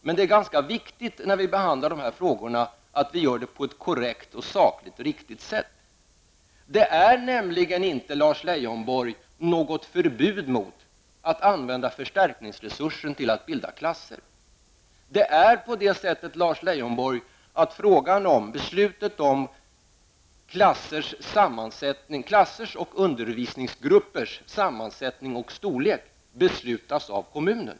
Men det är ganska viktigt att vi, när vi behandlar dessa frågor, gör det på ett korrekt och sakligt riktigt sätt. Det finns nämligen inte, Lars Leijonborg, något förbud mot att använda förstärkningsresursen till att bilda klasser. Det är på det sättet, Lars Leijonborg, att beslut om klassers och undervisningsgruppers sammansättning och storlek fattas av kommunen.